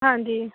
ਹਾਂਜੀ